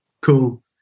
cool